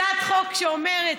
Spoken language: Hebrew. הצעת החוק אומרת: